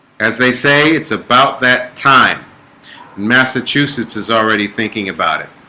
as they say it's about that time massachusetts is already thinking about it